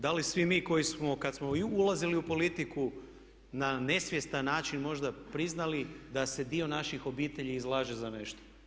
Da li svi mi koji smo kad smo ulazili u politiku na nesvjestan način možda priznali da se dio naših obitelji izlaže za nešto.